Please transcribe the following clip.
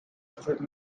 street